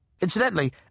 Incidentally